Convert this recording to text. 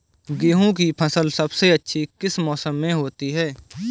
गेंहू की फसल सबसे अच्छी किस मौसम में होती है?